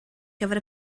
gyfer